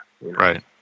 Right